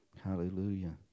hallelujah